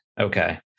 Okay